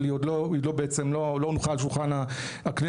אבל היא בעצם עוד לא הונחה על שולחן הכנסת,